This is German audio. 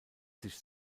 sich